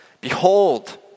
behold